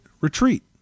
retreat